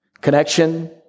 Connection